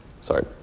sorry